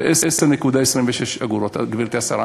3,310.26 שקל, גברתי השרה.